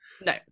No